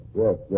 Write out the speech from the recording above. yes